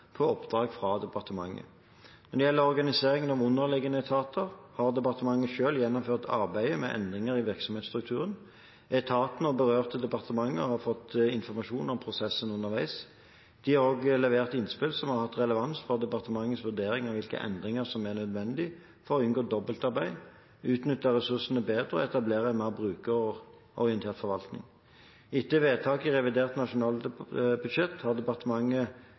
på oppdrag fra departementet. Når det gjelder organiseringen av underliggende etater, har departementet selv gjennomført arbeidet med endringer i virksomhetsstrukturen. Etatene og berørte departementer har fått informasjon om prosessen underveis. De har også levert innspill som har hatt relevans for departementets vurdering av hvilke endringer som er nødvendig for å unngå dobbeltarbeid, utnytte ressursene bedre og etablere en mer brukerorientert forvaltning. Etter vedtaket i revidert nasjonalbudsjett har departementet